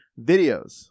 videos